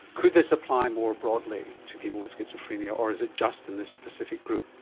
could this apply more broadly to people with schizophrenia, or is it just and this specific group?